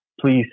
please